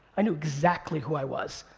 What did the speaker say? i knew exactly who i was.